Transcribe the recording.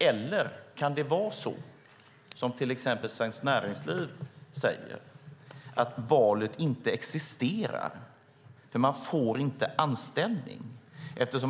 Eller kan det vara så, som till exempel Svenskt Näringsliv säger, att valet inte existerar därför att man inte får anställning?